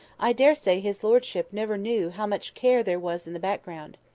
i daresay his lordship never knew how much care there was in the background.